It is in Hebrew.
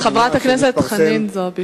חברת הכנסת חנין זועבי,